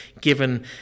given